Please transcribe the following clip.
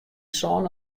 sân